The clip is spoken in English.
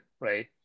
right